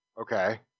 Okay